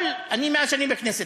מאז אני בכנסת,